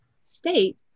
state